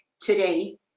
today